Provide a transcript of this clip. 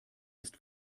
ist